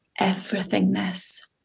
Everythingness